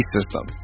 System